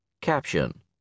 Caption